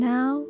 Now